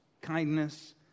kindness